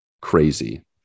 crazy